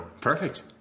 Perfect